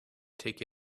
take